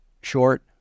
short